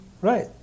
Right